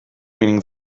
meaning